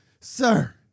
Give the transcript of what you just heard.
sir